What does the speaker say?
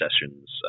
Sessions